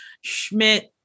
Schmidt